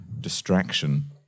distraction